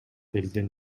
элдин